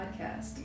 podcast